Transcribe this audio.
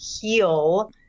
heal